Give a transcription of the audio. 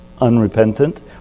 unrepentant